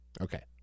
Okay